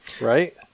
Right